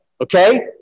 okay